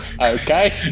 okay